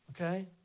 okay